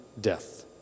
death